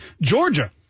Georgia